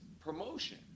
promotion